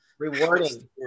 Rewarding